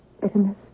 bitterness